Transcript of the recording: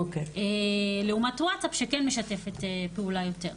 לעומת ווטסאפ שכן משתפת פעולה יותר.